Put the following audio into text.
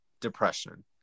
depression